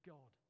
God